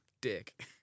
dick